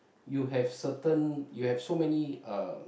you have certain you have so many uh